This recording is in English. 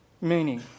Meaning